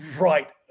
Right